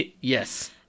Yes